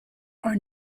are